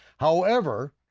however,